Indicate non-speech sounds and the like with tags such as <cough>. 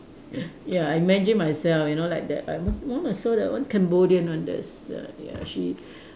<laughs> ya I imagine myself you know like that one so there's one Cambodian one there's a ya she